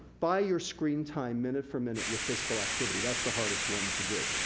buy your screen time minute-for-minute with physical activity. that's the hardest one to do.